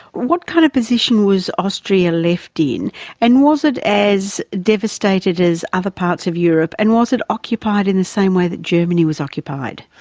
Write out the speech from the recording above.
what kind of position was austria left in and was it as devastated as other parts of europe and was it occupied in the same way that germany was occupied?